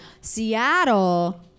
Seattle